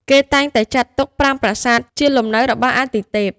គេតែងតែចាត់ទុកប្រាង្គប្រាសាទជាលំនៅរបស់អាទិទេព។